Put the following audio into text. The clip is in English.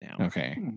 Okay